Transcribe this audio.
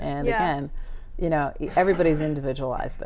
and you know everybody's individualized